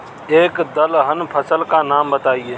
एक दलहन फसल का नाम बताइये